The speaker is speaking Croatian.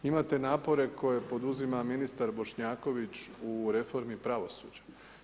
Imate napore koje poduzima ministar Bošnjaković u reformu pravosuđa.